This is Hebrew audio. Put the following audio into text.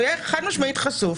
הוא יהיה חד-משמעית חשוף,